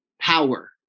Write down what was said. power